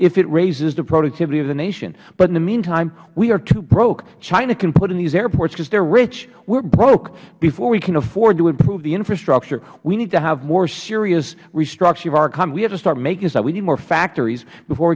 if it raises the productivity of the nation in the meantime we are too broke china can put in these airports because they are rich we are broke before we can afford to improve the infrastructure we need to have more serious restructuring of our economy we have to start making stuff we need more factories before